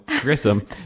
Grissom